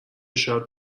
شاد